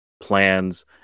plans